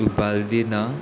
उबालदिना